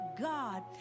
God